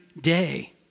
day